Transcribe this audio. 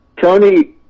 Tony